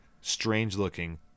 strange-looking